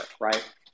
right